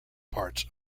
parts